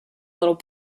little